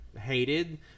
hated